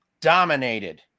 dominated